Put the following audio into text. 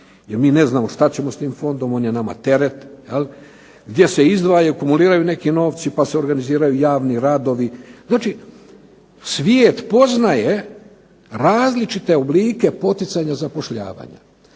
Jer mi ne znamo što ćemo s tim fondom, on je nama teret gdje se izdvajaju i akumuliraju neki novci pa se organiziraju javni radovi. Znači, svijet poznaje različite oblike poticanja zapošljavanja.